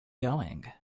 going